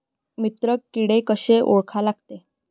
मित्र किडे कशे ओळखा लागते?